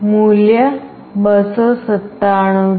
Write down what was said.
મૂલ્ય 297 છે